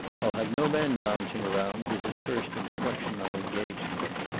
i'll have no men lounging around, was his first instruction on engaging them.